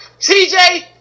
TJ